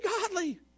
godly